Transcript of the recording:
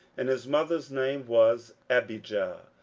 and his mother's name was abijah,